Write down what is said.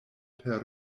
per